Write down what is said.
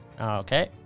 Okay